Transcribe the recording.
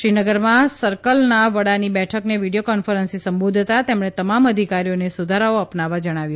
શ્રીનગરમાં સર્કલના વડાની બેઠકને વીડીયો કોન્ફરન્સથી સંબોધતાં તેમણે તમામ અધિકારીઓને સુધારાઓ અપનાવવા જણાવ્યું